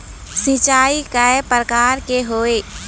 सिचाई कय प्रकार के होये?